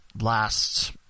last